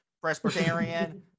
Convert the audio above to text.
Presbyterian